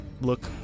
look